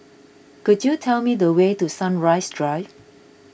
could you tell me the way to Sunrise Drive